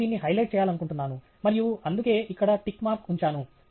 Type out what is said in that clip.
నేను దీన్ని హైలైట్ చేయాలనుకుంటున్నాను మరియు అందుకే ఇక్కడ టిక్ మార్క్ ఉంచాను